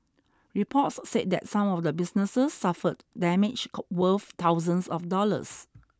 reports said that some of the businesses suffered damage worth thousands of dollars